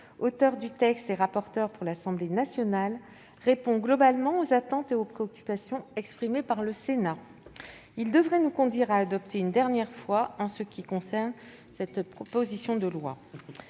auteures du texte et rapporteures pour l'Assemblée nationale, répond globalement aux attentes et aux préoccupations exprimées par le Sénat. Il devrait nous conduire à adopter, une dernière fois en ce qui nous concerne, cette proposition de loi.